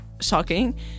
shocking